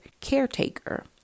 caretaker